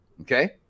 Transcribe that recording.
okay